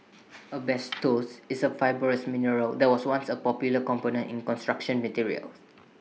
asbestos is A fibrous mineral that was once A popular component in construction materials